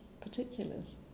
particulars